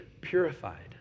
purified